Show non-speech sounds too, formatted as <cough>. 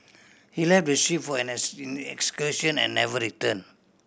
he left the ship for an <unintelligible> excursion and never return